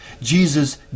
Jesus